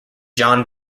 john